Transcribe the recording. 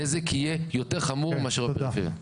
הנזק יהיה יותר חמור מאשר בפריפריה.